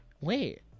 wait